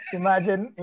imagine